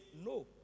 no